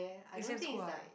in same school ah